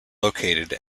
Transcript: located